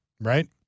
right